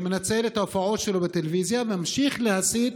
שמנצל את ההופעות שלו בטלוויזיה וממשיך להסית